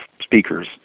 speakers